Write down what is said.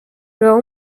rome